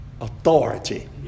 authority